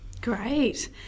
Great